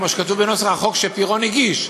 כמו שכתוב בנוסח החוק שפירון הגיש,